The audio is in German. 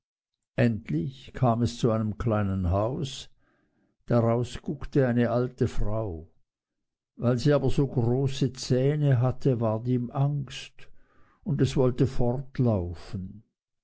endlich kam es zu einem kleinen haus daraus guckte eine alte frau weil sie aber so große zähne hatte ward ihm angst und es wollte fortlaufen